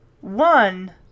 one